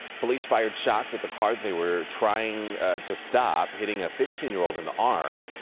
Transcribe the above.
police fired shots at the car they were trying to stop, hitting a fifteen year old in the arm.